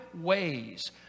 ways